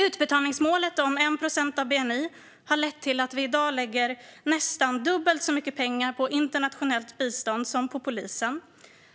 Utbetalningsmålet om 1 procent av bni har lett till att vi i dag lägger nästan dubbelt så mycket pengar på internationellt bistånd som på polisen,